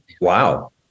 wow